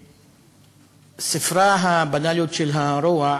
בספרה "הבנאליות של הרוע",